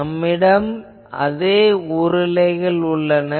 நம்மிடம் அதே உருளைகள் உள்ளன